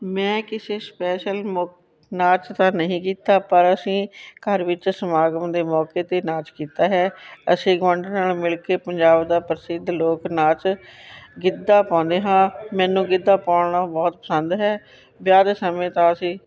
ਮੈਂ ਕਿਸੇ ਸਪੈਸ਼ਲ ਮੌ ਨਾਚ ਤਾਂ ਨਹੀਂ ਕੀਤਾ ਪਰ ਅਸੀਂ ਘਰ ਵਿੱਚ ਸਮਾਗਮ ਦੇ ਮੌਕੇ ਤੇ ਨਾਚ ਕੀਤਾ ਹੈ ਅਸੀਂ ਗੁਆਂਢਣਾਂ ਨਾਲ ਮਿਲ ਕੇ ਪੰਜਾਬ ਦਾ ਪ੍ਰਸਿੱਧ ਲੋਕ ਨਾਚ ਗਿੱਧਾ ਪਾਉਂਦੇ ਹਾਂ ਮੈਨੂੰ ਗਿੱਧਾ ਪਾਉਣਾ ਬਹੁਤ ਪਸੰਦ ਹੈ ਵਿਆਹ ਦੇ ਸਮੇਂ ਤਾਂ ਅਸੀਂ